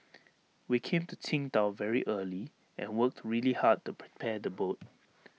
we came to Qingdao very early and worked really hard to prepare the boat